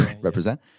represent